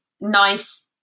nice